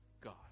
God